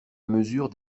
mesure